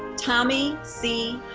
tommy c.